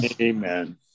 Amen